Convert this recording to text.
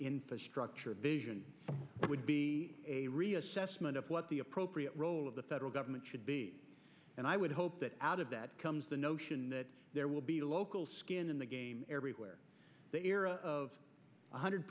infrastructure vision would be a reassessment of what the appropriate role of the federal government should be and i would hope that out of that comes the notion that there will be local skin in the game everywhere the era of one hundred